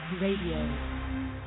Radio